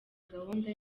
gahunda